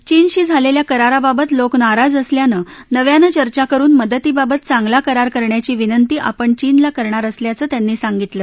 चीनशी झालेल्या कराराबाबत लोक नाराज असल्यानं नव्यानं चर्चा करुन मदतीबाबत चांगला करार करण्याची विंनती आपण चीनला करणार असल्याचं त्यांनी सांगितलं